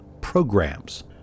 programs